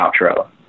outro